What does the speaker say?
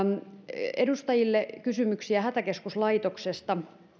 edustajilla kysymyksiä hätäkeskuslaitoksesta